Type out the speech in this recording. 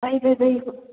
ꯑꯩꯁꯨ ꯑꯗꯨꯏ